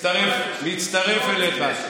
מצטרף אליך.